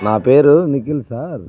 నా పేరు నిఖిల్ సార్